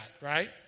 right